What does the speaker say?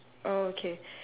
oh K